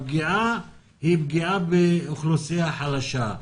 הפגיעה היא פגיעה באוכלוסייה חלשה,